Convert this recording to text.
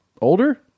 older